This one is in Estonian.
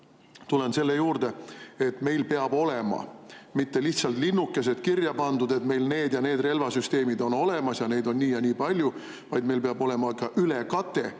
tulen selle juurde, et meil ei pea olema mitte lihtsalt linnukesed kirja pandud, et meil need ja need relvasüsteemid on olemas ja neid on nii ja nii palju, vaid meil peab olema ka ülekate.